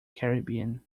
caribbean